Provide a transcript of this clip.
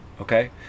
Okay